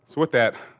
so with that,